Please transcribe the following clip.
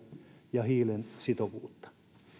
ja hiilen sitovuutta